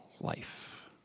life